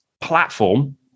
platform